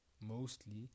mostly